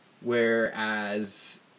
Whereas